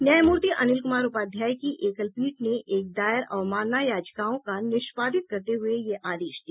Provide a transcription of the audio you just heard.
न्यायमूर्ति अनिल कुमार उपाध्याय की एकल पीठ ने एक दायर अवमानना याचिकाओं का निष्पादित करते हुये यह आदेश दिया